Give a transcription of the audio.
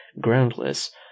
groundless